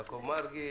יעקב מרגי,